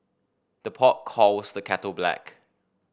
the pot calls the kettle black